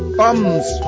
bums